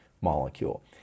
molecule